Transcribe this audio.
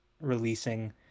releasing